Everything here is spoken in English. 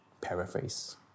paraphrase